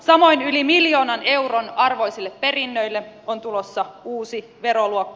samoin yli miljoonan euron arvoisille perinnöille on tulossa uusi veroluokka